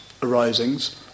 arisings